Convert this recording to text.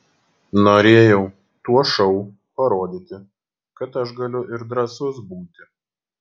norėjau tuo šou parodyti kad aš galiu ir drąsus būti